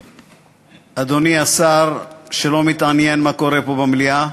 אדוני השר, שלא מתעניין מה קורה פה במליאה,